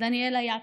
דניאל היה כזה.